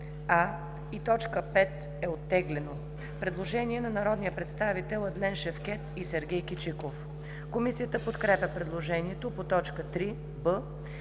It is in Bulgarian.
и т. 5 е оттеглено. Предложение на народните представители Адлен Шевкет и Сергей Кичиков. Комисията подкрепя предложението по т. 3,